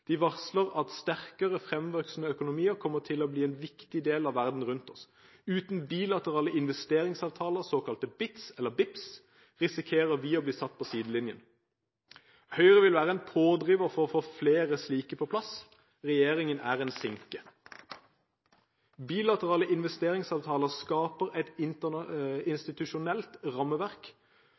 De varsler at sterkere fremvoksende økonomier kommer til å bli en viktig del av verden rundt oss. Uten bilaterale investeringsavtaler, såkalte BITs eller BIPs, risikerer vi å bli satt på sidelinjen. Høyre vil være en pådriver for å få flere slike på plass; regjeringen er en sinke. Bilaterale investeringsavtaler skaper et institusjonelt rammeverk